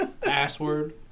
Password